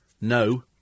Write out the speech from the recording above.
No